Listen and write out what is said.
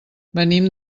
venim